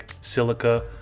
silica